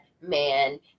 man